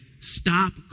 stop